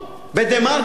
"דה-מרקר",